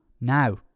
now